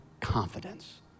confidence